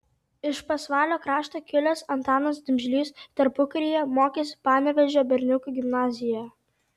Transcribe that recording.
iš pasvalio krašto kilęs antanas dimžlys tarpukaryje mokėsi panevėžio berniukų gimnazijoje